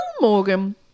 Morgan